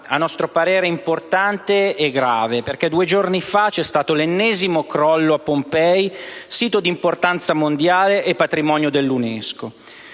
a nostro parere importante e grave. Due giorni fa si è verificato l'ennesimo crollo a Pompei, sito di importanza mondiale e patrimonio dell'UNESCO.